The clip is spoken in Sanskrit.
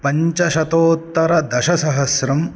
पञ्चशतोत्तरदशसहस्रम्